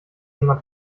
jemand